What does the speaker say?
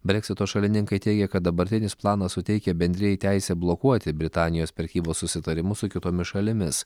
breksito šalininkai teigia kad dabartinis planas suteikia bendrijai teisę blokuoti britanijos prekybos susitarimus su kitomis šalimis